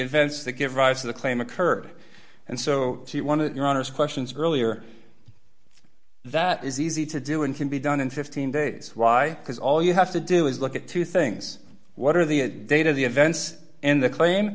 events that give rise to the claim occurred and so she wanted your honor's questions earlier that is easy to do and can be done in fifteen days because all you have to do is look at two things what are the data the events and the claim